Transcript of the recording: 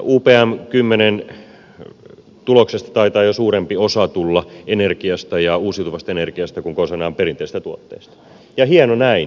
upm kymmenen tuloksesta taitaa jo suurempi osa tulla energiasta ja uusiutuvasta energiasta kuin konsanaan perinteisistä tuotteista ja hieno näin hyvä näin